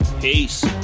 Peace